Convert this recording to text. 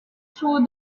through